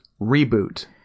reboot